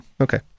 Okay